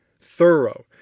thorough